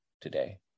today